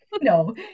No